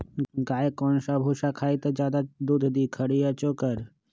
गाय कौन सा भूसा खाई त ज्यादा दूध दी खरी या चोकर?